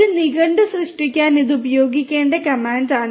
ഒരു നിഘണ്ടു സൃഷ്ടിക്കാൻ ഇത് ഉപയോഗിക്കേണ്ട കമാൻഡ് ആണ്